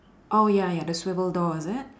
oh ya ya the swivel door is it